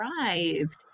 arrived